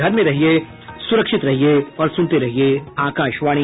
घर में रहिये सुरक्षित रहिये और सुनते रहिये आकाशवाणी